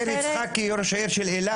ראש העיר של אילת,